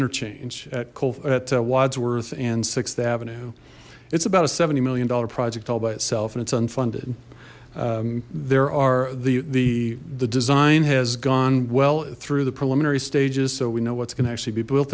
interchange at colvett wodsworth and sixth avenue it's about a seventy million dollar project all by itself and it's unfunded there are the the the design has gone well through the preliminary stages so we know what's going to actually be built